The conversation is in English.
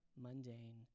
mundane